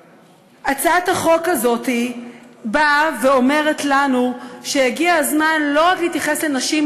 הצעת החוק הזאת אומרת לנו שהגיע הזמן לא רק להתייחס לנשים,